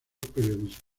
periodística